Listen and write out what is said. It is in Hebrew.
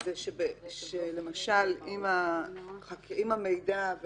זה שלמשל שאם המידע,